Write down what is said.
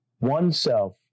oneself